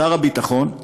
שר הביטחון,